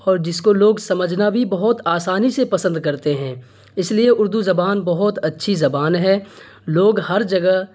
اور جس کو لوگ سمجھنا بھی بہت آسانی سے پسند کرتے ہیں اس لیے اردو زبان بہت اچھی زبان ہے لوگ ہر جگہ